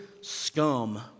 scum